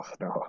no